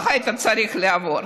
לא היית צריך לעבור.